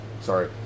Sorry